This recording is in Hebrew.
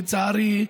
לצערי,